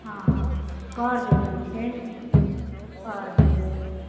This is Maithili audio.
हँ हँ कर देबै छै कर देबै